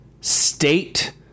state